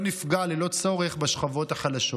לא נפגע ללא צורך בשכבות החלשות.